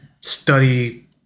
study